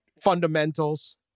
fundamentals